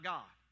God